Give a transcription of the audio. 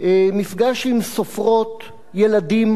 בוועדה שלה מפגש עם סופרות ילדים.